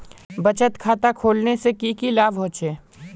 बचत खाता खोलने से की की लाभ होचे?